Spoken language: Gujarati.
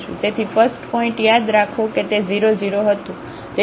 તેથી ફસ્ટપોઇન્ટ યાદ રાખો કે તે00હતું